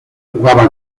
jugaba